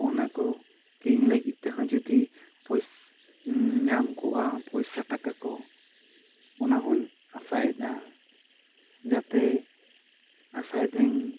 ᱚᱱᱟᱠᱚ ᱠᱤᱨᱤᱧ ᱞᱟᱹᱜᱤᱫ ᱛᱮᱦᱚᱸ ᱡᱩᱫᱤ ᱯᱚᱥ ᱧᱟᱢ ᱠᱚᱜᱼᱟ ᱯᱚᱭᱥᱟ ᱴᱟᱠᱟ ᱠᱚ ᱚᱱᱟᱦᱚᱧ ᱟᱥᱟᱭᱫᱟ ᱡᱟᱛᱮ ᱟᱥᱟᱭᱫᱤᱧ